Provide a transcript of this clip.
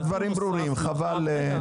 הדברים ברורים, חבל.